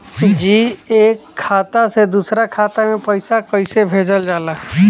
जी एक खाता से दूसर खाता में पैसा कइसे भेजल जाला?